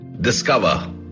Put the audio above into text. Discover